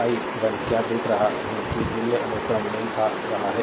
आई क्या देख रहा हूं कि मूल्य अनुक्रम मेल खा रहा है